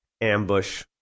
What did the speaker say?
Ambush